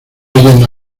yendo